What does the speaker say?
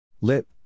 Lip